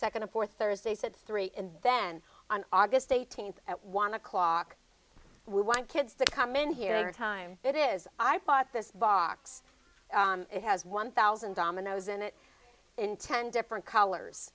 second a fourth thursday said three and then on august eighteenth at one o'clock we want kids to come in here time it is i thought this box it has one thousand dominoes in it in ten different colors